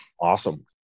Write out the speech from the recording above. Awesome